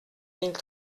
mille